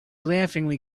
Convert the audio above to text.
laughingly